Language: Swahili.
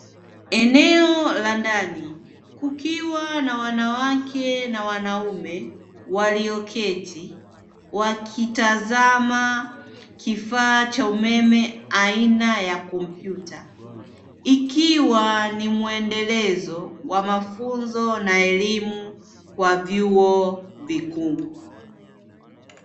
Eneo la ndani kukiwa na wanawake na wanaume walioketi wakitazama kifaa cha umeme aina ya kompyuta, ikiwa ni mwendelezo wa mafunzo na elimu kwa vyuo vikuu.